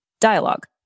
dialogue